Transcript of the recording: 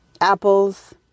Apples